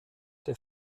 der